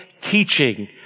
teaching